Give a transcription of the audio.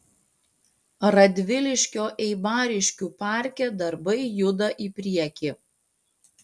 radviliškio eibariškių parke darbai juda į priekį